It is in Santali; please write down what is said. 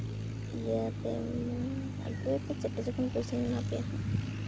ᱤᱭᱟᱹ ᱟᱹᱜᱩᱭᱟᱯᱮ ᱪᱟᱨᱴᱟ ᱡᱚᱠᱷᱚᱱ ᱯᱚᱭᱥᱟᱧ ᱮᱢᱟ ᱯᱮᱭᱟ ᱦᱟᱸᱜ